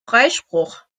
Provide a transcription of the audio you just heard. freispruch